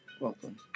Welcome